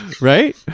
Right